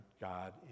God